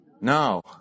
No